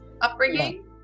upbringing